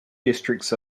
districts